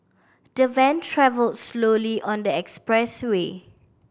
the van travelled slowly on the expressway